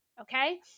Okay